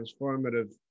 transformative